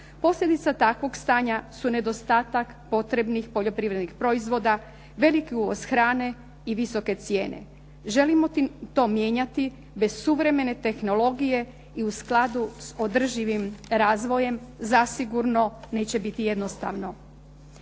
Posljedica takvog stanja su nedostatak potrebnih poljoprivrednih proizvoda, velik uvoz hrane i visoke cijene. Želimo to mijenjati bez suvremene tehnologije i u skladu s održivim razvojem zasigurno neće biti jednostavno.